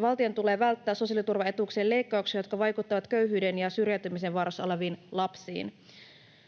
valtion tulee välttää sosiaaliturvaetuuksien leikkauksia, jotka vaikuttavat köyhyyden ja syrjäytymisen vaarassa oleviin lapsiin.